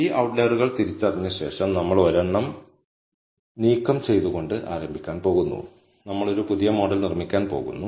ഈ ഔട്ട്ലറുകൾ തിരിച്ചറിഞ്ഞ ശേഷം നമ്മൾ ഒരെണ്ണം നീക്കം ചെയ്തുകൊണ്ട് ആരംഭിക്കാൻ പോകുന്നു നമ്മൾ ഒരു പുതിയ മോഡൽ നിർമ്മിക്കാൻ പോകുന്നു